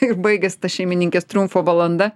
ir baigias ta šeimininkės triumfo valanda